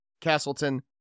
Castleton